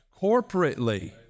corporately